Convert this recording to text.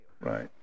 Right